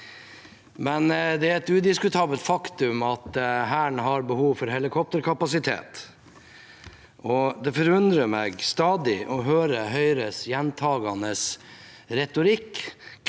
men det er et udiskutabelt faktum at Hæren har behov for helikopterkapasitet. Det forundrer meg stadig å høre Høyres gjentakende retorikk